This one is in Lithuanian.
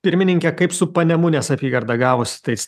pirmininke kaip su panemunės apygarda gavosi tais